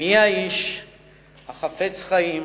"מי האיש החפץ חיים,